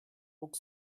book